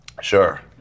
sure